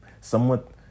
somewhat